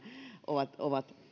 ovat ovat